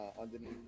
underneath